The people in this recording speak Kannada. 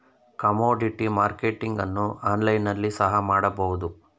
ಕಮೋಡಿಟಿ ಮಾರ್ಕೆಟಿಂಗ್ ಅನ್ನು ಆನ್ಲೈನ್ ನಲ್ಲಿ ಸಹ ಮಾಡಬಹುದು